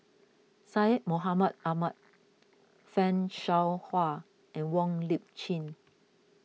Syed Mohamed Ahmed Fan Shao Hua and Wong Lip Chin